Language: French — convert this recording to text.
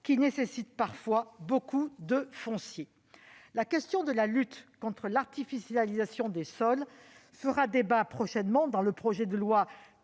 qui nécessitent parfois beaucoup de foncier. La question de la lutte contre l'artificialisation des sols fera débat dans le projet de loi